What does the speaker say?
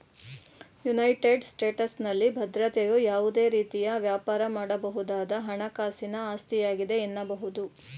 United ಸ್ಟೇಟಸ್ನಲ್ಲಿ ಭದ್ರತೆಯು ಯಾವುದೇ ರೀತಿಯ ವ್ಯಾಪಾರ ಮಾಡಬಹುದಾದ ಹಣಕಾಸಿನ ಆಸ್ತಿಯಾಗಿದೆ ಎನ್ನಬಹುದು